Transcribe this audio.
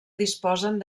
disposen